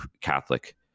Catholic